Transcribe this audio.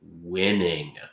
winning